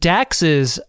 Dax's